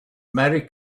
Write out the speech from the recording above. merry